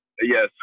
Yes